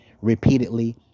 repeatedly